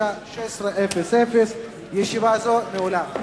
בשעה 16:00. ישיבה זו נעולה.